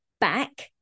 back